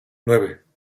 nueve